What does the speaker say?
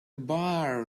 bar